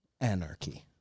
anarchy